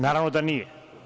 Naravno da nije.